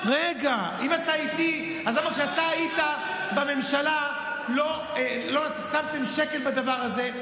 אם אתה איתי אז למה כשאתה היית בממשלה לא שמתם שקל על דבר הזה?